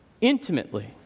intimately